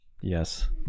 Yes